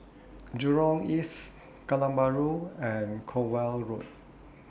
Jurong East Kallang Bahru and Cornwall Road